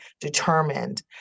determined